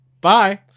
Bye